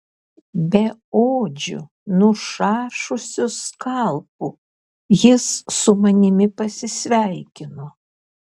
beodžiu nušašusiu skalpu jis su manimi pasisveikino